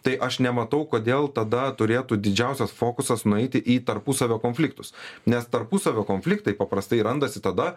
tai aš nematau kodėl tada turėtų didžiausias fokusas nueiti į tarpusavio konfliktus nes tarpusavio konfliktai paprastai randasi tada